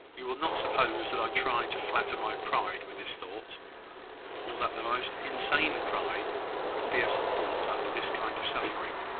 you will not suppose that i try to flatter my pride with this thought or that the most insane pride could be a support under this kind of suffering.